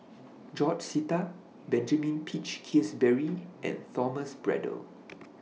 George Sita Benjamin Peach Keasberry and Thomas Braddell